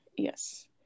yes